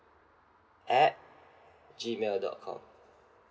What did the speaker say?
at G mail dot com